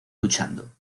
luchando